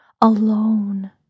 alone